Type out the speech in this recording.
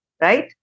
Right